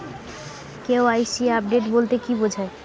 KYC update বলতে কি বোঝায়?